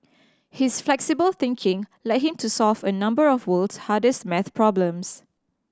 his flexible thinking led him to solve a number of world's hardest maths problems